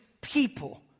people